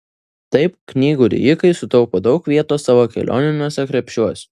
taip knygų rijikai sutaupo daug vietos savo kelioniniuose krepšiuos